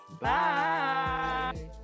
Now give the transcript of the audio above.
Bye